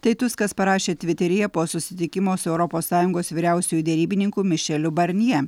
tai tuskas parašė tviteryje po susitikimo su europos sąjungos vyriausiuoju derybininku mišeliu barnje